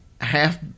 half